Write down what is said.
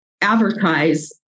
advertise